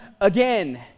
again